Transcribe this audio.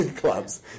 clubs